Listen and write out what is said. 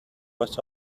was